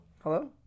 Hello